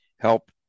help